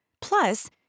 Plus